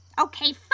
Okay